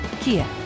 Kia